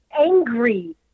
angry